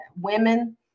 women